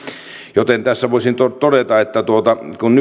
joten tässä voisin todeta että kun